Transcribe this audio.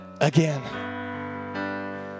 again